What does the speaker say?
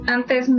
Antes